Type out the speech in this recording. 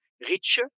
richer